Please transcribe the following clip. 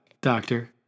Doctor